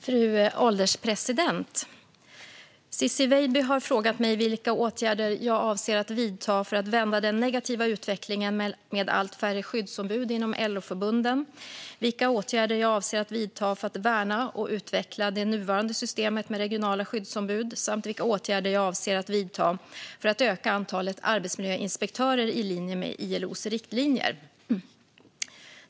Fru ålderspresident! Ciczie Weidby har frågat mig vilka åtgärder jag avser att vidta för att vända den negativa utvecklingen med allt färre skyddsombud inom LO-förbunden, vilka åtgärder jag avser att vidta för att värna och utveckla det nuvarande systemet med regionala skyddsombud samt vilka åtgärder jag avser att vidta för att öka antalet arbetsmiljöinspektörer i linje med ILO:s riktlinjer.